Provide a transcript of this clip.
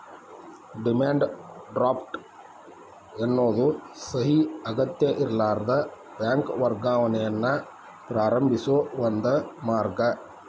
demand draft ಎನ್ನೋದು ಸಹಿ ಅಗತ್ಯಇರ್ಲಾರದ ಬ್ಯಾಂಕ್ ವರ್ಗಾವಣೆಯನ್ನ ಪ್ರಾರಂಭಿಸೋ ಒಂದ ಮಾರ್ಗ